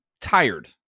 tired